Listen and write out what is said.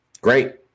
Great